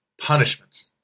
punishments